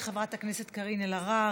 חברת הכנסת קארין אלהרר,